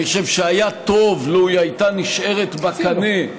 אני חושב שהיה טוב לו הייתה נשארת בקנה.